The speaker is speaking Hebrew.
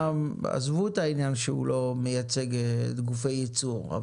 עזבו את העניין שהוא לא מייצג את גופי הייצור.